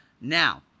Now